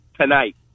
tonight